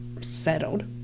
settled